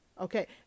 okay